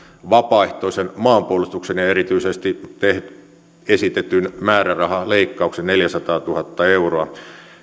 vapaaehtoisen maanpuolustuksen ja ja erityisesti esitetyn määrärahaleikkauksen neljäsataatuhatta euroa